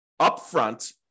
upfront